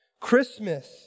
Christmas